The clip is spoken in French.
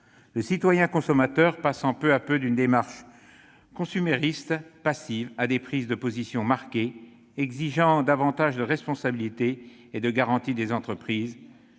le citoyen consommateur passant peu à peu d'une démarche consumériste passive à des prises de position marquées, ce qui exige davantage de responsabilité et de garanties des entreprises.